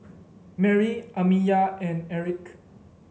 Merri Amiya and Erik